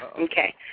okay